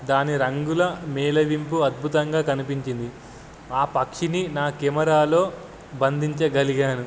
దాని రంగుల మేలవింపు అద్భుతంగా కనిపించింది ఆ పక్షిని నా కెమెరాలో బందించగలిగాను